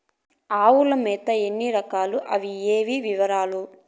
ఆవుల మేత ఎన్ని రకాలు? అవి ఏవి? వివరాలు?